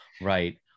right